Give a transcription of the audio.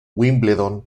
wimbledon